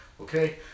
Okay